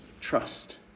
trust